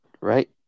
right